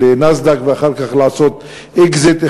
לנאסד"ק ואחר כך לעשות אקזיט,